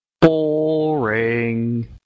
Boring